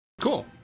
Cool